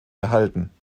erhalten